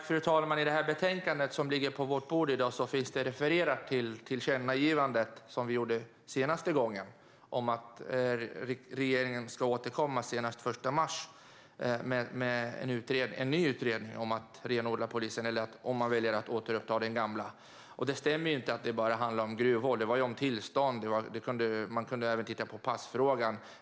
Fru talman! I det betänkande som ligger på vårt bord i dag finns det senaste tillkännagivandet refererat om att regeringen ska återkomma senast den 1 mars med en ny utredning om att renodla polisens arbetsuppgifter eller att återuppta den gamla utredningen. Det handlar inte bara om gruvor, utan det handlar också om tillstånd och passfrågan.